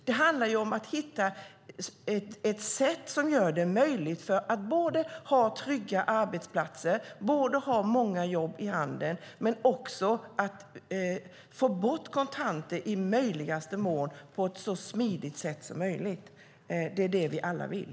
Det handlar ju om att hitta ett sätt som gör det möjligt att ha trygga arbetsplatser, att både ha många jobb i handeln och att i möjligaste mån få bort kontanter på ett så smidigt sätt som möjligt. Det är det vi alla vill.